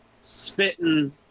spitting